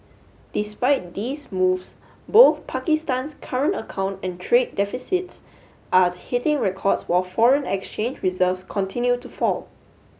despite these moves both Pakistan's current account and trade deficits are hitting records while foreign exchange reserves continue to fall